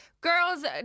girls